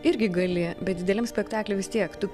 irgi gali bet dideliam spektakly vis tiek tu